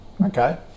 Okay